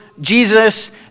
Jesus